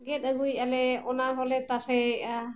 ᱜᱮᱫ ᱟᱹᱜᱩᱭ ᱟᱞᱮ ᱚᱱᱟ ᱦᱚᱸᱞᱮ ᱛᱟᱥᱮᱭᱮᱜᱼᱟ